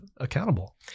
accountable